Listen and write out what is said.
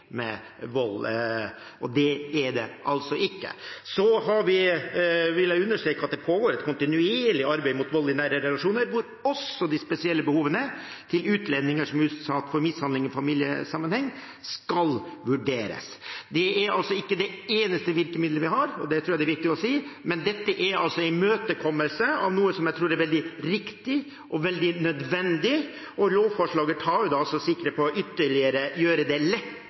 med vold – slik er det altså ikke. Så vil jeg understreke at det pågår et kontinuerlig arbeid mot vold i nære relasjoner, hvor også de spesielle behovene til utlendinger som er utsatt for mishandling i familiesammenheng, skal vurderes. Dette er altså ikke det eneste virkemiddelet vi har, og det tror jeg det er viktig å si. Men dette er en imøtekommelse av noe som jeg tror er veldig riktig og veldig nødvendig. Lovforslaget tar sikte på å gjøre det enda lettere for ofre for vold å